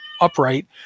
Upright